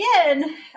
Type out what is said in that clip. again